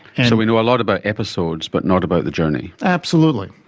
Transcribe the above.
and so we know a lot about episodes but not about the journey. absolutely.